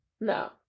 no